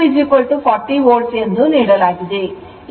V2 40 volt ಎಂದು ನೀಡಲಾಗಿದೆ